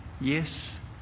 Yes